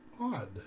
odd